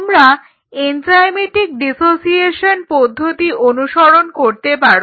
তোমরা enzymatic dissociation পদ্ধতি অনুসরণ করতে পারো